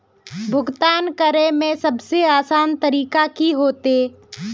भुगतान करे में सबसे आसान तरीका की होते?